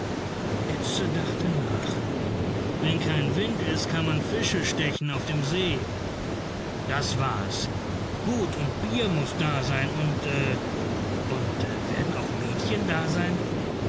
edse dachte nach wenn kein wind is kann man fische stechen auf dem see das war es gut und bier muß da sein und und werden auch mädchen da sein